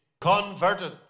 converted